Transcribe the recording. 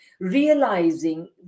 realizing